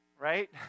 right